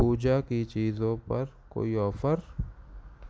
پوجا کی چیزوں پر کوئی آفر